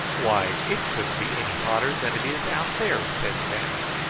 why, it couldn't be any hotter than it is out there! said jack.